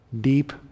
deep